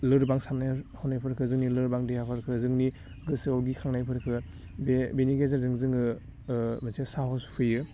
लोरबां साननाय हनायफोरखो जोंनि लोरबां देहाफोरखौ जोंनि गोसोआव गिखांनायफोरखो बे बिनि गेजेरजों जोङो एसे साहस फैयो